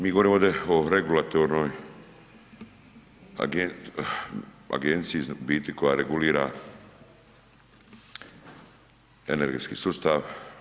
mi govorimo ovdje o regulatornoj agenciji, u biti koja regulira energetski sustav.